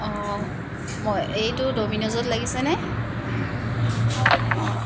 অঁ মই এইটো ড'মিনজত লাগিছেনে অঁ